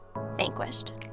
Vanquished